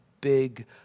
big